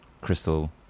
crystal